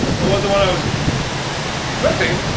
that wasn't what i was expecting